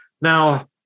Now